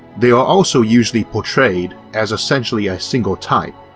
they are also usually portrayed as essentially a single type,